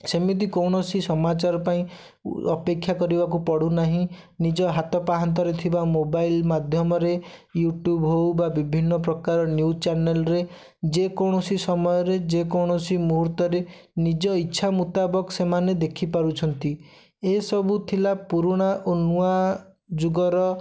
ସେମିତି କୌଣସି ସମାଚାର ପାଇଁ ଅପେକ୍ଷା କରିବାକୁ ପଡ଼ୁନାହିଁ ନିଜ ହାତ ପାହାନ୍ତାରେ ଥିବା ମୋବାଇଲ୍ ମାଧ୍ୟମରେ ୟୁଟୁବ୍ ହଉ ବା ବିଭିନ୍ନ ପ୍ରକାର ନ୍ୟୁଜ୍ ଚ୍ୟାନେଲରେ ଯେକୌଣସି ସମୟରେ ଯେକୌଣସି ମୁହୂର୍ତ୍ତରେ ନିଜ ଇଚ୍ଛା ମୁତାବକ ସେମାନେ ଦେଖିପାରୁଛନ୍ତି ଏସବୁ ଥିଲା ପୁରୁଣା ଓ ନୂଆ ଯୁଗର